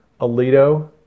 Alito